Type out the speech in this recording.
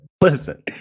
Listen